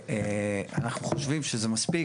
אנחנו חושבים שזה מספיק.